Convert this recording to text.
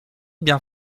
bien